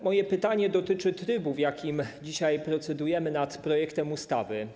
Moje pytanie dotyczy trybu, w jakim dzisiaj procedujemy nad projektem ustawy.